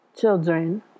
children